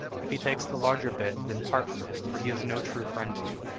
if he takes the larger bit, then part from him, for he is no true friend to you.